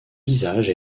visage